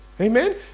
Amen